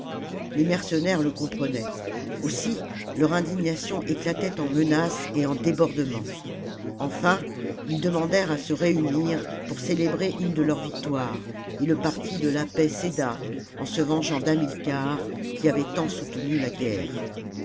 les mercenaires le comprenaient aussi leur indignation éclatait en menaces et en débordements enfin ils demandèrent à se réunir pour célébrer une de leurs victoires et le parti de la paix céda en se vengeant d'hamilcar qui avait tant soutenu la guerre